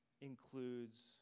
includes